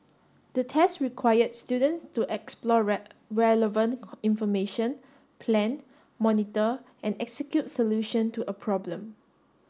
the test required student to explore relevant information plan monitor and execute solution to a problem